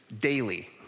daily